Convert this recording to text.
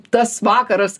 tas vakaras